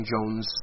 Jones